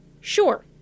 sure